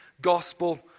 Gospel